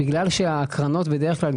בגלל שהקרנות בדרך כלל,